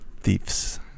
thieves